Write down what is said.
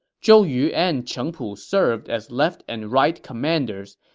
zhou yu and cheng pu served as left and right commanders,